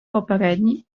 попередній